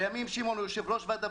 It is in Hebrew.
לימים שמעון הוא יושב ראש ועד אביבים.